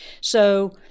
So-